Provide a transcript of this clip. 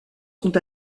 sont